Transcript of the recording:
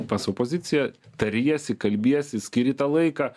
pas opoziciją tariesi kalbiesi skiri tą laiką